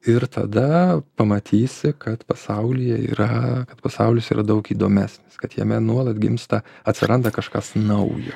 ir tada pamatysi kad pasaulyje yra kad pasaulis yra daug įdomesnis kad jame nuolat gimsta atsiranda kažkas naujo